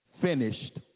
Finished